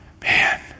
Man